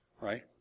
right